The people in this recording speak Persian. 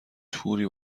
توری